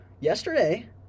Yesterday